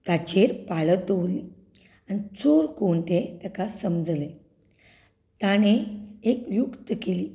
ताचेर पारो दवरलो आनी चोर कोण तें ताका समजलें ताणें एक युक्त केली